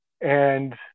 And-